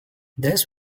theirs